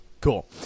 Cool